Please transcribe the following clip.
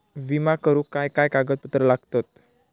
विमा करुक काय काय कागद लागतत?